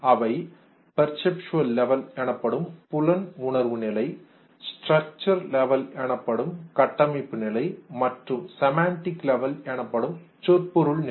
அவை perceptual level புலன் உணர்வு நிலை ஸ்டரக்சர் லெவல் கட்டமைப்பு நிலை மற்றும் செமன்டிக் லெவல் சொற்பொருள் நிலை